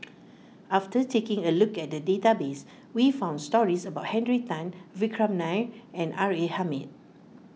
after taking a look at the database we found stories about Henry Tan Vikram Nair and R A Hamid